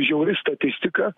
žiauri statistika